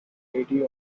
lady